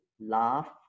laugh